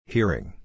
Hearing